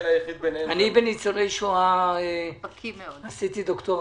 בניצולי שואה עשיתי דוקטורט.